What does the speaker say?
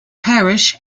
parish